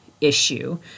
issue